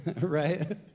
right